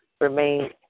remain